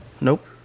nope